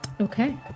Okay